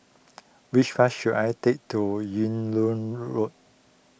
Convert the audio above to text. which bus should I take to Yung Loh Road